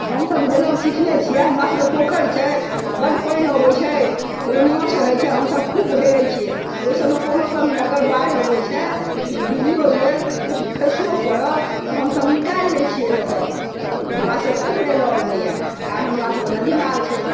हम सभ हेलब सिखने छियै हमरा सभके पोखरि छै बड्ड पानि अबै छै ओहिमे माछ रहै छै हम सभ खूब हेलै छियै ओहि सभमे कोनो कमी नहि अगर बाढ़ि अबै छै किछु डुबियौ गेल किछु खेसियौ पड़ल तऽ हम सभ निकालि लै छियै लऽ कऽ हमरा सभके खूब हेलय अबैया काहे हमरा सभके नदी नाल छै